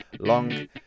Long